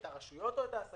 את הרשויות או את העסקים?